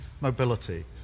mobility